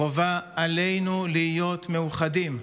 חובה עלינו להיות מאוחדים.